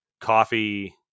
coffee